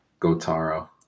GoTaro